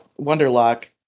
Wonderlock